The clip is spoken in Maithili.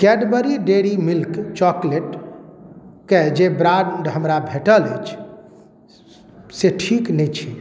कैडबरी डेअरी मिल्क चॉकलेटके जे ब्राण्ड हमरा भेटल अछि से ठीक नहि छै